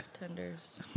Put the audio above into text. tenders